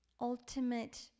ultimate